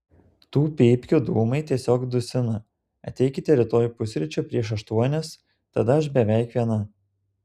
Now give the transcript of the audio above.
tų pypkių dūmai tiesiog dusina ateikite rytoj pusryčių prieš aštuonias tada aš beveik viena